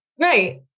Right